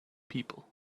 people